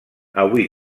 avui